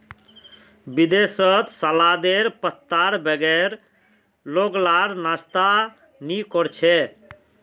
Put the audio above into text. विदेशत सलादेर पत्तार बगैर लोग लार नाश्ता नि कोर छे